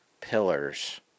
pillars